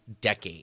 decade